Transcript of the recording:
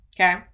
Okay